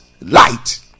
Light